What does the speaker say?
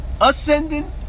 Ascending